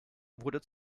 wurde